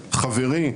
חברי,